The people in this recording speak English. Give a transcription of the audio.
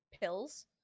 pills